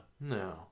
No